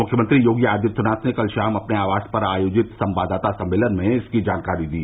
मुख्यमंत्री योगी आदित्यनाथ ने कल शाम अपने आवास पर आयोजित संवाददाता सम्मेलन में इसकी जानकारी दी